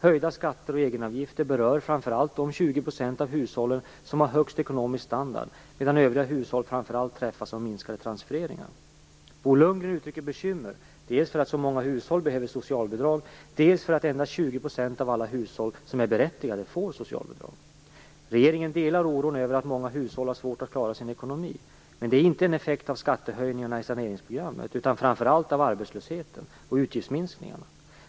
Höjda skatter och egenavgifter berör framför allt de 20 % av hushållen som har högst ekonomisk standard medan övriga hushåll främst träffas av minskade tranfereringar. Bo Lundgren uttrycker bekymmer dels för att så många hushåll behöver socialbidrag, dels för att endast 20 % av alla hushåll som är berättigade får socialbidrag. Regeringen delar oron över att många hushåll har det svårt att klarar sin ekonomi. Men det är inte en effekt av skattehöjningarna i saneringsprogrammet, utan framför allt av arbetslösheten och utgiftsminskningarna.